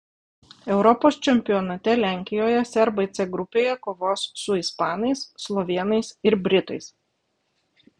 europos čempionate lenkijoje serbai c grupėje kovos su ispanais slovėnais ir britais